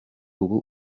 ubu